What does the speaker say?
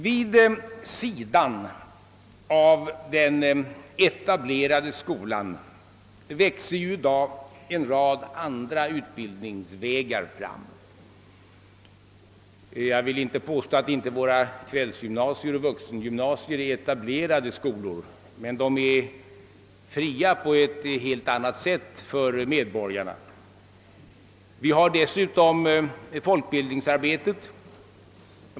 Vid sidan av den etablerade skolan växer i dag en rad andra utbildningsvägar fram. Jag tänker t.ex. på kvällsgym nasierna och vuxengymnasierna. Jag vill inte påstå att de inte är etablerade skolor, men de är fria för medborgarna på ett helt annat sätt än det vanliga gymnasiet. Vi har dessutom folkbildningsarbetet.